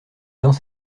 dans